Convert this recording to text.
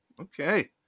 Okay